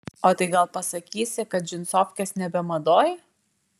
o tai gal pasakysi kad džinsofkės nebe madoj